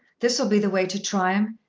this'll be the way to try him.